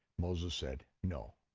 moses said no,